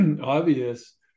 obvious